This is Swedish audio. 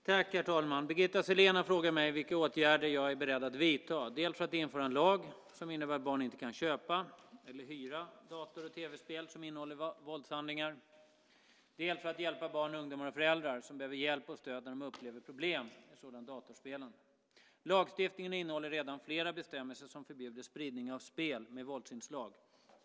Herr talman! Birgitta Sellén har frågat mig vilka åtgärder jag är beredd att vidta dels för att införa en lag som innebär att barn inte kan köpa eller hyra dator och tv-spel som innehåller våldshandlingar, dels för att hjälpa barn, ungdomar och föräldrar som behöver hjälp och stöd när de upplever problem med sådant datorspelande. Lagstiftningen innehåller redan flera bestämmelser som förbjuder spridning av spel med våldsinslag.